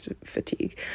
fatigue